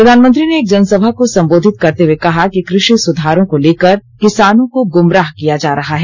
प्रधानमंत्री ने एक जनसभा को संबोधित करते हुए कहा कि कृषि सुधारों को लेकर किसानों को गुमराह किया जा रहा है